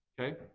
Okay